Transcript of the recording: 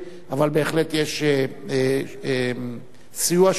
אבל בהחלט יש סיוע שוטף.